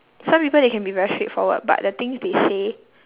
some people they can be very straightforward but the things they say